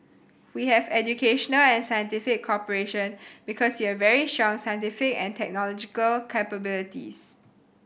we have educational and scientific cooperation because you have very strong scientific and technological capabilities